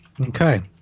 Okay